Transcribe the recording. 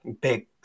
big